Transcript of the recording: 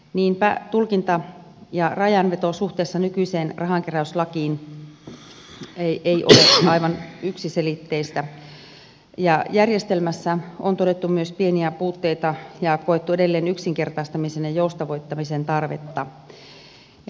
niinpä tulkinta ja rajanveto suhteessa nykyiseen rahankeräyslakiin ei ole aivan yksiselitteistä ja järjestelmässä on todettu myös pieniä puutteita ja koettu edelleen yksinkertaistamisen ja joustavoittamisen tarvetta